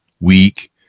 weak